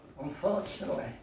unfortunately